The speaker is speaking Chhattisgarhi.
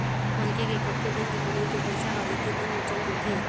मनखे के कतको दिन के कमई के पइसा ह एके दिन म चल देथे